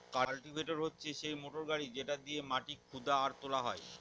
cultivator হচ্ছে সেই motor গাড়ি যেটা দিয়েক মাটি খুদা আর তোলা হয়